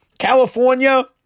California